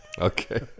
Okay